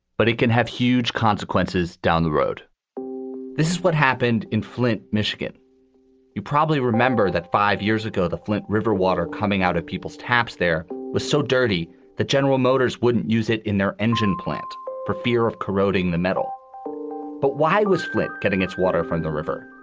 but it can have huge consequences down the road this is what happened in flint, michigan you probably remember that five years ago, the flint river water coming out of people's taps there was so dirty that general motors wouldn't use it in their engine plant for fear of corroding the metal but why was flint getting its water from the river?